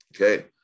Okay